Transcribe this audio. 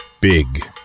Big